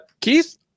Keith